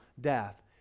death